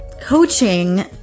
coaching